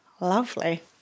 Lovely